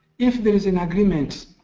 if there is an agreement